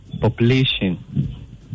population